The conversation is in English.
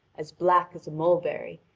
as black as a mulberry,